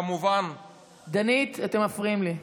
כמובן, דנית, אתם מפריעים לי.